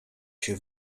się